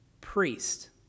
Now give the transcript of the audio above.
priest